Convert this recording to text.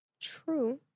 true